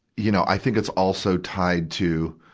you know, i think it's also tied to,